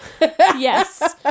Yes